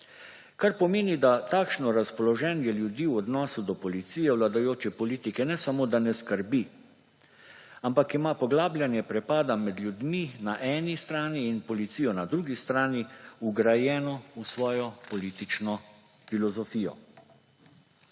Kar pomeni, da takšno razpoloženje ljudi v odnosu do policije vladajoče politike ne samo da ne skrbi, ampak ima poglabljanje prepada med ljudmi na eni strani in policijo na drugi strani vgrajeno v svojo politično filozofijo.